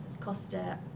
Costa